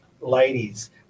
ladies